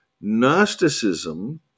Gnosticism